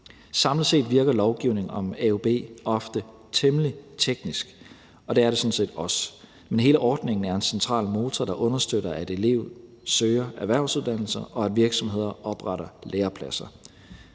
Samlet set virker lovgivning om AUB ofte temmelig teknisk, og det er det sådan set også, men hele ordningen er en central motor, der understøtter, at elever søger erhvervsuddannelser, og at virksomheder opretter lærepladser.